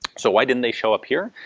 so why didn't they show up here?